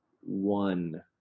one